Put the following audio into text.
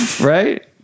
Right